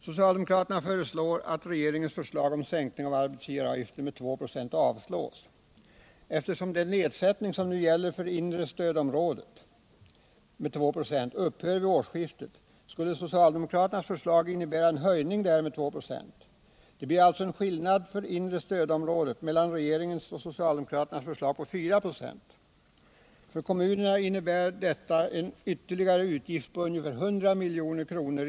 Socialdemokraterna föreslår att regeringens förslag om sänkning av arbetsgivaravgiften med 2 926 avslås. Eftersom den nedsättning med 2 96 som nu gäller för inre stödområdet upphör vid årsskiftet, skulle socialdemokraternas förslag innebära en höjning där med 2 96. Det blir alltså för inre stödområdet en skillnad mellan regeringens och socialdemokraternas förslag på 4 26. För kommunerna enbart innebär detta en ytterligare utgift på ungefär 100 milj.kr.